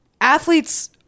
athletes